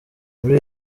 muri